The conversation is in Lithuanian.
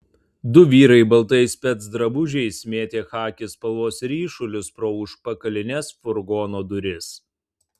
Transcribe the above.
du vyrai baltais specdrabužiais mėtė chaki spalvos ryšulius pro užpakalines furgono duris